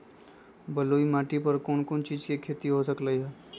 बलुई माटी पर कोन कोन चीज के खेती हो सकलई ह?